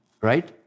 Right